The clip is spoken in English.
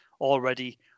already